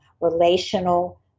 relational